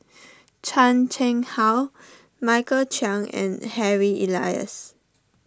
Chan Chang How Michael Chiang and Harry Elias